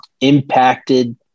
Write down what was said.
impacted